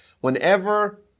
whenever